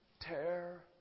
tear